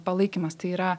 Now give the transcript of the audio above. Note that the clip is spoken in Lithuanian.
palaikymas tai yra